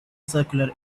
circular